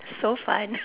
so fun